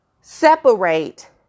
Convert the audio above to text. separate